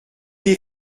est